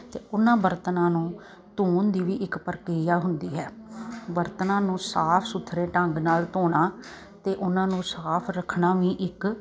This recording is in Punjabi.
ਅਤੇ ਉਹਨਾਂ ਬਰਤਨਾਂ ਨੂੰ ਧੋਣ ਦੀ ਵੀ ਇੱਕ ਪ੍ਰਕਿਰਿਆ ਹੁੰਦੀ ਹੈ ਬਰਤਨਾਂ ਨੂੰ ਸਾਫ ਸੁਥਰੇ ਢੰਗ ਨਾਲ ਧੋਣਾ ਅਤੇ ਉਹਨਾਂ ਨੂੰ ਸਾਫ ਰੱਖਣਾ ਵੀ ਇੱਕ